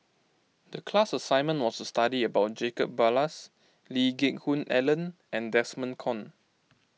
the class assignment was to study about Jacob Ballas Lee Geck Hoon Ellen and Desmond Kon